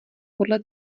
podle